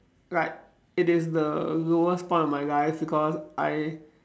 right it is the lowest point of my life because I